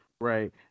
Right